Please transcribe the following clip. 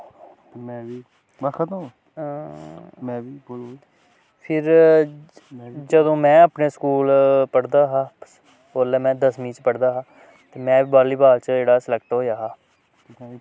फिर जदूं में अपने स्कूल पढ़दा हा ओल्लै में दसमीं च पढ़दा हा ते में बॉलीबॉल च जेह्ड़ा सिलेक्ट होआ हा